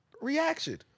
reaction